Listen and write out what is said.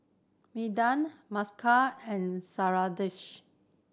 Medha Mukesh and Sundaresh